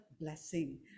blessing